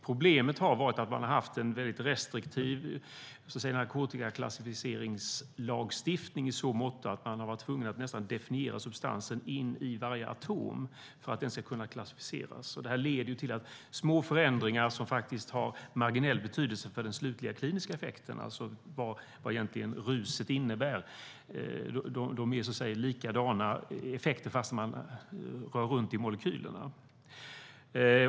Problemet har varit att man har haft en mycket restriktiv narkotikaklassificeringslagstiftning i så motto att man har varit tvungen att definiera substansen nästan in i varje atom, för att den ska kunna klassificeras. Små förändringar som har marginell betydelse för den slutliga, kliniska effekten, alltså vad ruset innebär, ger likadan effekt fast man rör runt i molekylerna.